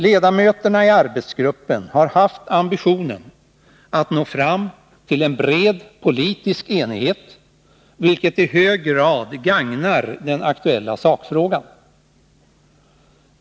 Ledamöterna i arbetsgruppen har haft ambitionen att nå fram till en bred politisk enighet, vilket i hög grad gagnar den aktuella sakfrågan.